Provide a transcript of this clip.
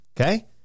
okay